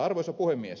arvoisa puhemies